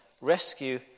rescue